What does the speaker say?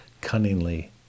cunningly